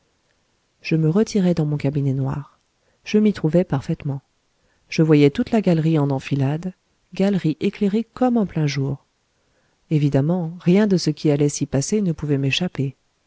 je me retirai dans mon cabinet noir je m'y trouvais parfaitement je voyais toute la galerie en enfilade galerie éclairée comme en plein jour évidemment rien de ce qui allait s'y passer ne pouvait m'échapper